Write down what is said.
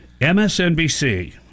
MSNBC